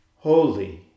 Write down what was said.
Holy